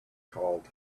called